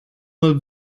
mal